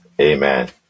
Amen